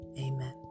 Amen